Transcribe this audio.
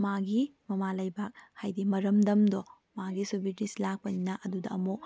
ꯃꯥꯒꯤ ꯃꯃꯥ ꯂꯩꯕꯥꯛ ꯍꯥꯏꯕꯗꯤ ꯃꯔꯝꯗꯝꯗꯣ ꯃꯥꯒꯤꯁꯨ ꯕ꯭ꯔꯤꯇꯤꯁ ꯂꯥꯛꯄꯅꯤꯅ ꯑꯗꯨꯗ ꯑꯃꯨꯛ